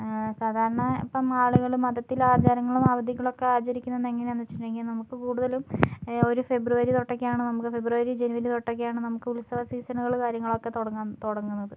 സാധാരണ ഇപ്പം ആളുകള് മതത്തിലെ ആചാരങ്ങളും അവധികളൊക്കെ ആചരിക്കുന്നത് എങ്ങനെയാ എന്ന് വെച്ചിട്ടുണ്ടേൽ നമുക്ക് കൂടുതലും ഒരു ഫെബ്രുവരി തൊട്ടൊക്കെയാണ് ഫെബ്രുവരി ജനുവരി തൊട്ടൊക്കെയാണ് നമുക്ക് ഉത്സവ സീസണുകൾ കാര്യങ്ങളൊക്ക തുടങ്ങു തുടങ്ങുന്നത്